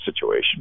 situation